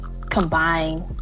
combine